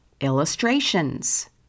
illustrations